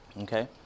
Okay